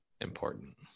important